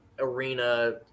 Arena